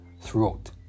throughout